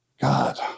God